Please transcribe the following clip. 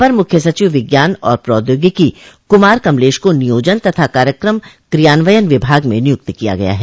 अपर मुख्य सचिव विज्ञान और प्रौद्योगिकी कुमार कमलेश को नियोजन तथा कार्यक्रम क्रियान्वयन विभाग में नियुक्त किया गया है